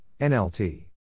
NLT